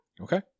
okay